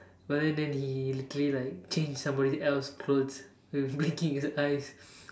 but then then he he literally like changed somebody else's clothes with blinking his eyes